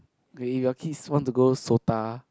maybe your kids want to go S_O_T_A